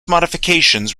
modifications